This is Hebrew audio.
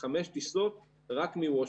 חמש טיסות רק מוושינגטון.